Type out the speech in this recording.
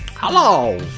hello